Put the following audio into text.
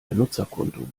benutzerkonto